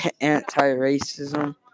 anti-racism